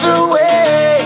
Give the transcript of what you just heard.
away